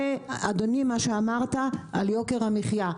אדוני, לגבי מה שאמרת על יוקר המחיה.